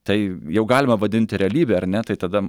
tai jau galima vadinti realybe ar ne tai tada